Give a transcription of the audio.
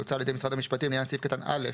שהוצע על-ידי משרד המשפטים לעניין סעיף קטן (א)